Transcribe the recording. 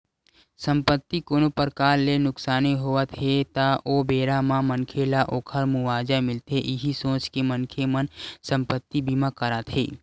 संपत्ति कोनो परकार ले नुकसानी होवत हे ता ओ बेरा म मनखे ल ओखर मुवाजा मिलथे इहीं सोच के मनखे मन संपत्ति बीमा कराथे